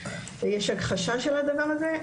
יש הכחשה של הדבר הזה.